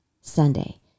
Sunday